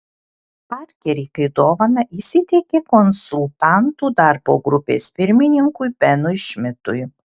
parkerį kaip dovaną jis įteikė konsultantų darbo grupės pirmininkui benui šmidtui